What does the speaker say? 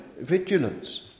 vigilance